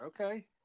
Okay